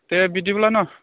दे बिदिब्ला न'